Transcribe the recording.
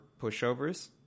pushovers